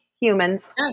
humans